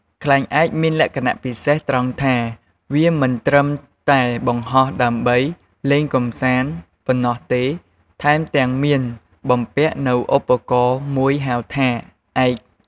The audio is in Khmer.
ខ្លែងឯកមានលក្ខណៈពិសេសត្រង់ថា វាមិនត្រឹមតែបង្ហោះដើម្បីលេងកម្សាន្តប៉ុណ្ណោះទេ ថែមទាំងមានបំពាក់នូវឧបករណ៍មួយហៅថា ឯក។